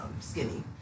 skinny